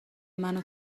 مونو